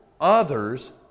others